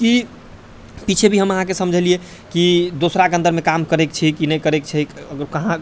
कि पीछे भी हम अहाँके समझेलियै कि दोसराके अन्दरमे काम करै के छै कि नहि करैके छै कहाँ